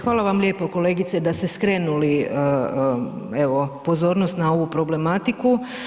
Hvala vam lijepo kolegice da ste skrenuli evo pozornost na ovu problematiku.